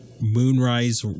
moonrise